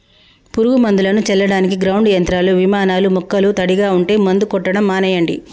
పురుగు మందులను చల్లడానికి గ్రౌండ్ యంత్రాలు, విమానాలూ మొక్కలు తడిగా ఉంటే మందు కొట్టడం మానెయ్యండి